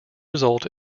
result